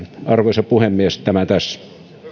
arvoisa puhemies tämä tässä